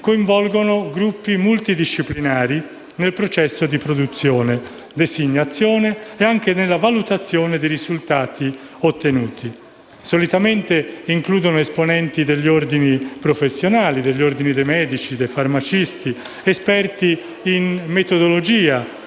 coinvolgono gruppi multidisciplinari nel processo di produzione, di designazione e anche di valutazione dei risultati ottenuti. Solitamente includono esponenti degli ordini professionali, degli ordini dei medici, dei farmacisti ed esperti in metodologia